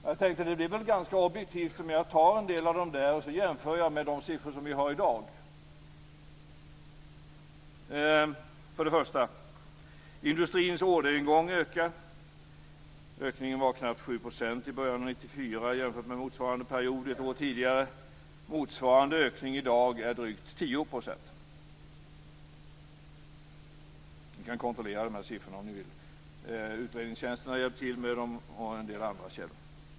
Jag tänkte att det väl är ganska objektivt om jag tar en del av dem och jämför med de siffror som vi har i dag. För det första: "Industrins orderingång ökar." Ökningen var knappt 7 % i början av 1994 jämfört med motsvarande period ett år tidigare. Motsvarande ökning i dag är drygt 10 %. Ni kan kontrollera siffrorna om ni vill. Utredningstjänsten har hjälpt till med dem och en del andra källor.